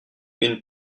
une